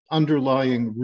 underlying